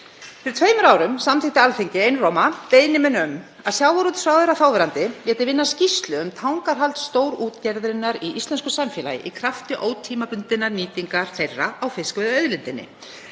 Fyrir tveimur árum samþykkti Alþingi einróma beiðni mína um að sjávarútvegsráðherra, þáverandi, léti vinna skýrslu um tangarhald stórútgerðarinnar í íslensku samfélagi í krafti ótímabundinnar nýtingar hennar á fiskveiðiauðlindinni.